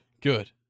Good